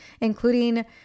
including